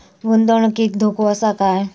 गुंतवणुकीत धोको आसा काय?